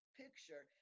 picture